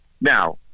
Now